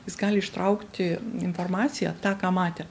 jis gali ištraukti informaciją tą ką matė